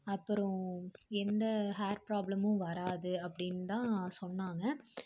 அப்புறம் எந்த ஹேர் ப்ராப்ளமும் வராது அப்படின்தான் சொன்னாங்க